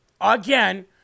again